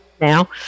Now